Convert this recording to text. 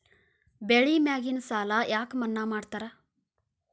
ಬೆಳಿ ಮ್ಯಾಗಿನ ಸಾಲ ಯಾಕ ಮನ್ನಾ ಮಾಡ್ತಾರ?